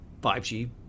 5G